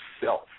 self